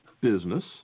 business